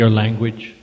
language